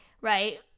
right